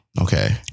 okay